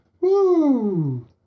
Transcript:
Woo